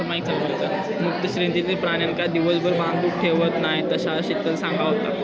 मुक्त श्रेणीतलय प्राण्यांका दिवसभर बांधून ठेवत नाय, असा शीतल सांगा होता